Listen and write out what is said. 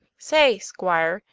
say, squire,